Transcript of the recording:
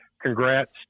congrats